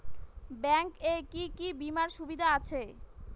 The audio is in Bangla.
ব্যাংক এ কি কী বীমার সুবিধা আছে?